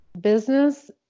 business